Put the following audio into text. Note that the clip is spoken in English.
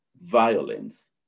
violence